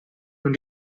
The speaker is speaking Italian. non